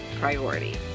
priority